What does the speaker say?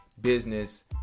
Business